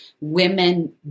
women